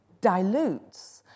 dilutes